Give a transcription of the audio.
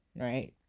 right